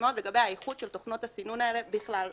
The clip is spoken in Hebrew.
מאוד לגבי האיכות של תוכנות הסינון האלה בכלל,